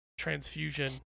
transfusion